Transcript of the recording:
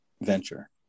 venture